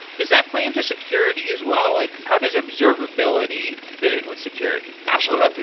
does that play into security as well? like how does observability fit in with security? absolutely.